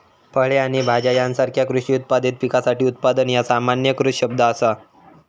फळे आणि भाज्यो यासारख्यो कृषी उत्पादित पिकासाठी उत्पादन ह्या सामान्यीकृत शब्द असा